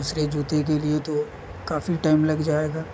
دوسرے جوتے کے لیے تو کافی ٹائم لگ جائے گا